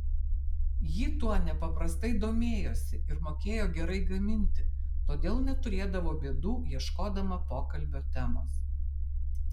ji tuo nepaprastai domėjosi ir mokėjo gerai gaminti todėl neturėdavo bėdų ieškodama pokalbio temos